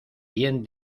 bien